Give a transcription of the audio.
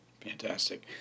fantastic